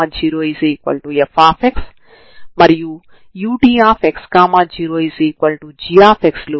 ఇప్పుడు మనం నేరుగా దీనిని సమాకలనం చేయడానికి ప్రయత్నిస్తాము తద్వారా మనం u ని కనుగొనవచ్చు